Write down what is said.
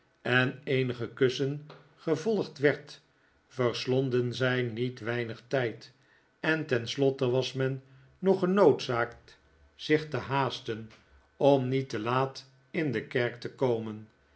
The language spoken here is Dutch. eh eenige kussen gevolgd werd verslonden zij niet weinig tijd en tenslotte was men nog genoodzaakt zich te haasten om niet te laat in de kerk te komen